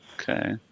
Okay